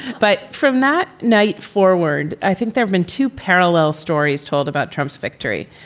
but from that night forward, i think there have been two parallel stories told about trump's victory.